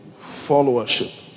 Followership